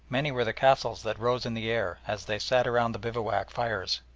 many were the castles that rose in the air as they sat around the bivouac fires,